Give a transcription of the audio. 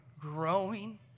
growing